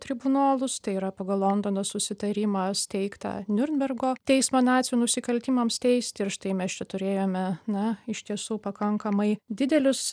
tribunolus tai yra pagal londono susitarimą steigtą niurnbergo teismą nacių nusikaltimams teisti ir štai mes čia turėjome na iš tiesų pakankamai didelius